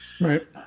Right